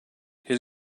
his